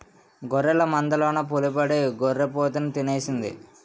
గొర్రెల మందలోన పులిబడి గొర్రి పోతుని తినేసింది